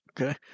Okay